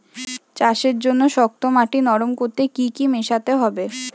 চাষের জন্য শক্ত মাটি নরম করতে কি কি মেশাতে হবে?